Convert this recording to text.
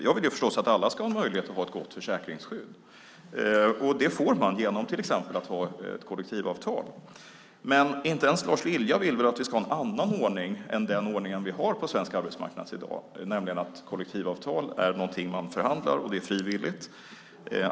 Jag vill förstås att alla ska ha ett gott försäkringsskydd. Det får man genom att till exempel ha ett kollektivavtal. Men inte ens Lars Lilja vill väl att vi ska ha en annan ordning än den ordning vi har på svensk arbetsmarknad i dag, nämligen att kollektivavtal är någonting man förhandlar om, och det är frivilligt.